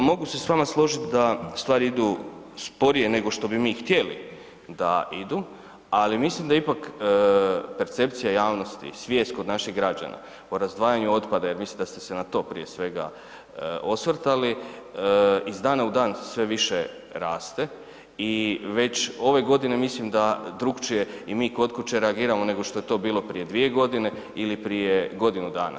Pa mogu se s vama složiti da stvari idu sporije nego što bi mi htjeli da idu, ali mislim da ipak percepcija javnosti, svijest kod naših građana o razdvajanju otpada, jel mislim da ste se na to prije svega osvrtali, iz dana u dan sve više raste i već ove godine mislim da drukčije i mi kod kuće reagiramo nego što je to bilo prije dvije godine ili prije godinu dana.